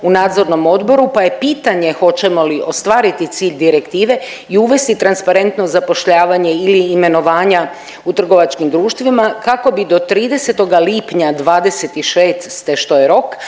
u nadzornom odboru, pa je pitanje hoćemo li ostvariti cilj direktive i uvesti transparentno zapošljavanje ili imenovanja u trgovačkim društvima kako bi do 30. lipnja '26., što je rok,